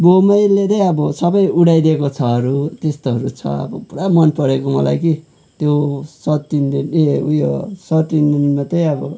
बम्बैले नै अब सबै उडाइदेको छहरू त्यस्तोहरू छ अब पुरा मनपरेको मलाई कि त्यो साउथ इन्डियनमा ए उयो साउथ इन्डियनमा चाहिँ अब